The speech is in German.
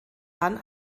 dann